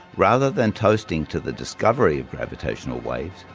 rather than toasting to the discovery of gravitational waves,